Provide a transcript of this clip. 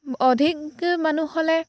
অধিক মানুহ হ'লে